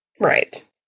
Right